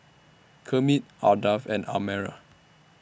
Kermit Ardath and Amare